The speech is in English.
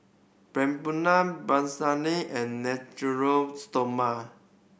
Papulex Blephagel and Natura Stoma